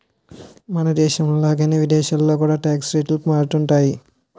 మనదేశం లాగానే విదేశాల్లో కూడా టాక్స్ రేట్లు మారుతుంటాయట